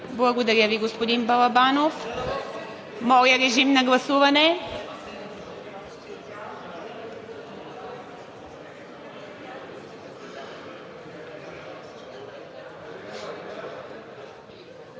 Благодаря Ви, господин Балабанов. Моля, режим на гласуване.